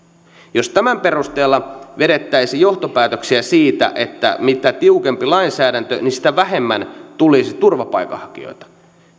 jos tämän perusteella vedettäisiin johtopäätöksiä että mitä tiukempi lainsäädäntö sitä vähemmän tulisi turvapaikanhakijoita